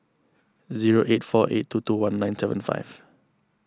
zero eight four eight two two one nine seven five